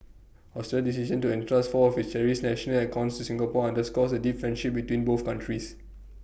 Australia's decision to entrust four of its cherished national icons to Singapore underscores the deep friendship between both countries